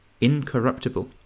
incorruptible